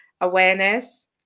awareness